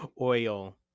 Oil